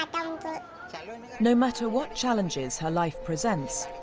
um no matter what challenges her life presents,